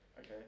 Okay